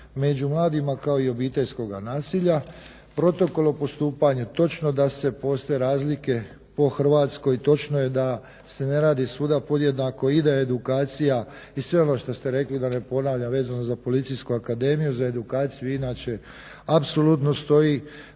među mladima kao i obiteljskoga nasilja. Protokol o postupanju. Točno da postoje razlike po Hrvatskoj, točno je da se ne radi svuda podjednako i da edukacija i sve ono što ste rekli da ne ponavljam vezano za Policijsku akademiju, za edukaciju inače apsolutno stoji.